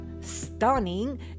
stunning